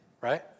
right